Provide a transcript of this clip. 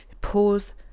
pause